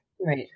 Right